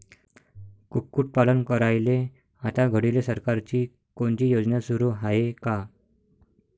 कुक्कुटपालन करायले आता घडीले सरकारची कोनची योजना सुरू हाये का?